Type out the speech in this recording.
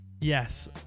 Yes